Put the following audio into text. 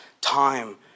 time